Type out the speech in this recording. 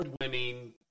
winning